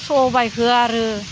सबायखौ आरो